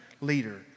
leader